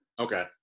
Okay